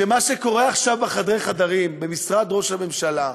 שמה שקורה עכשיו בחדרי חדרים במשרד ראש הממשלה,